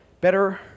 better